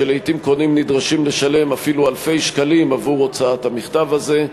שלעתים קונים נדרשים לשלם אפילו אלפי שקלים עבור הוצאת המכתב הזה.